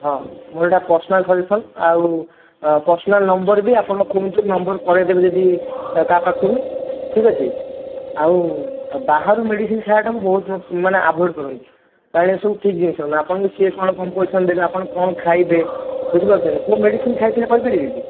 ହଁ ମୋର ଏଇଟା ପର୍ସନାଲ୍ ସଜେସନ୍ ଆଉ ପର୍ସନାଲ୍ ନମ୍ବର୍ ବି ଆପଣ କୁହନ୍ତୁ ନମ୍ବର୍ କରାଇଦେବି ଯଦି କାହା ପାଖରୁ ଠିକ୍ ଅଛି ଆଉ ବାହାରୁ ମେଡ଼ିସିନ୍ ଖାଇବାଟାକୁ ବହୁତ ମାନେ ଆଭଏଡ଼୍ କରନ୍ତୁ କାରଣ ଏସବୁ ଠିକ୍ ଜିନିଷ ନୁହେଁ ଆପଣଙ୍କୁ ସେ କ'ଣ କମ୍ପୋଜିସନ୍ ଦେବେ ଆପଣ କ'ଣ ଖାଇବେ ବୁଝିପାରୁଛନ୍ତି କେଉଁ ମେଡ଼ିସିନ୍ ଖାଇଛନ୍ତି କହିପାରିବେ କି